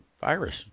virus